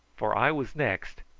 for i was next,